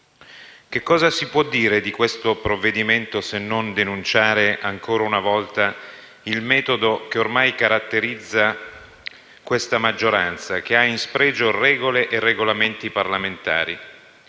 che cosa si può dire di questo provvedimento se non denunciare ancora una volta il metodo che ormai caratterizza questa maggioranza, che ha in spregio regole e Regolamenti parlamentari,